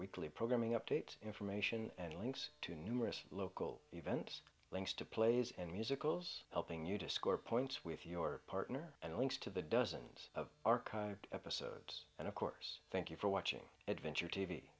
weekly programming update information and links to numerous local events links to plays and musicals helping you to score points with your partner and links to the dozens of archived episodes and of course thank you for watching adventure t